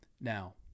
Now